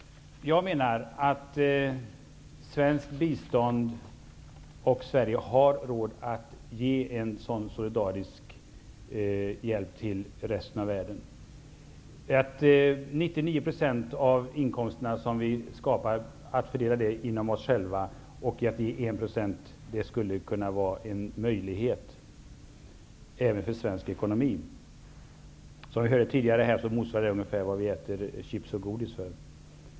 Jag menar dock att Sverige har råd att ge en solidarisk hjälp till resten av världen. Att fördela 99 % av inkomsterna bland oss själva och ge 1 % i bistånd borde vara möjligt för svensk ekonomi. Som vi hörde här tidigare motsvarar 1 % ungefär vad vi köper chips och godis för.